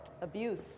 Abuse